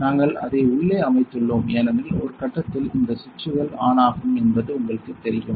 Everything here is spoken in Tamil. நாங்கள் அதை உள்ளே அமைத்துள்ளோம் ஏனெனில் ஒரு கட்டத்தில் இந்த சுவிட்சுகள் ஆன் ஆகும் என்பது உங்களுக்குத் தெரியும்